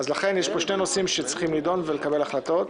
יש פה שני נושאים שצריכים להידון ולקבל החלטות.